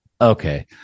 Okay